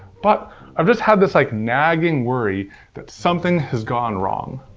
but i've just had this like nagging worry that something has gone wrong.